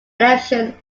election